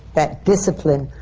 that discipline,